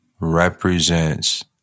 Represents